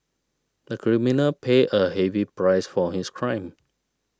the criminal paid a heavy price for his crime